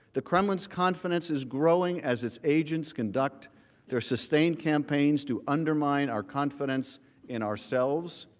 the kremlin's confidence is growing, as its agents conduct their sustained campaigns to undermine our confidence in ourselves,